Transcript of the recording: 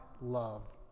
love